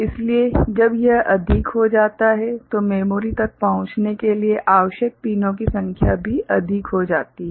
इसलिए जब यह अधिक हो जाता है तो मेमोरी तक पहुंचने के लिए आवश्यक पिनों की संख्या भी अधिक हो जाती है